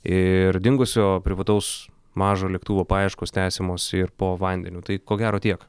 ir dingusio privataus mažo lėktuvo paieškos tęsiamos ir po vandeniu tai ko gero tiek